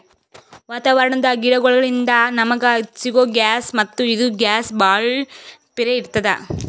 ವಾತಾವರಣದ್ ಗಿಡಗೋಳಿನ್ದ ನಮಗ ಸಿಗೊ ಗ್ಯಾಸ್ ಮತ್ತ್ ಇದು ಗ್ಯಾಸ್ ಭಾಳ್ ಪಿರೇ ಇರ್ತ್ತದ